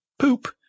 poop